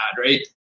Right